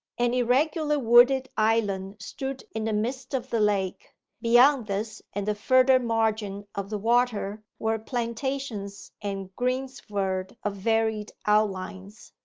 an irregular wooded island stood in the midst of the lake beyond this and the further margin of the water were plantations and greensward of varied outlines,